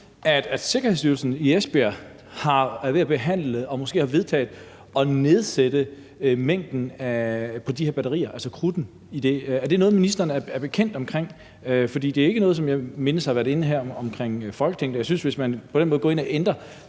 at Sikkerhedsstyrelsen i Esbjerg er ved at behandle og måske har vedtaget at nedsætte mængden i de her batterier, altså krudtet i dem. Er det noget, ministeren er bekendt med, for det er ikke noget, som jeg mindes har været inde her omkring Folketinget? Jeg synes, at hvis man på den måde går ind og ændrer